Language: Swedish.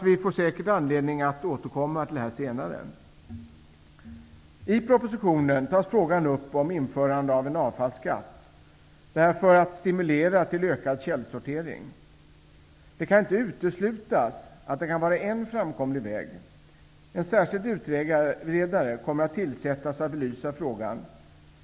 Vi får säkert anledning att återkomma till den frågan senare. I propositionen tas frågan upp om införande av en avfallsskatt -- detta för att stimulera till ökad källsortering. Det kan inte uteslutas att skatten kan vara en framkomlig väg. En särskild utredare kommer att tillsättas för att belysa frågan.